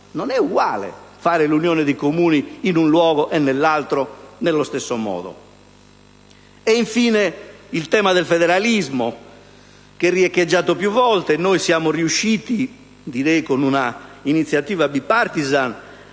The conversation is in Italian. Non è uguale fare un'unione di Comuni in un luogo e nell'altro nello stesso modo. Infine, il tema del federalismo, che è riecheggiato più volte. Noi siamo riusciti, con una iniziativa *bipartisan*,